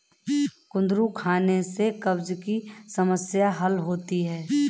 कद्दू खाने से कब्ज़ की समस्याए हल होती है